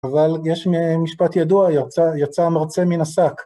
אבל יש משפט ידוע, יצא מרצע מן השק.